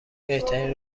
بهترین